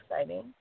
exciting